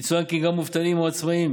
יצוין כי גם מובטלים או עצמאים